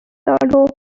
indigenous